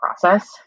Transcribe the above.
process